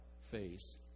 face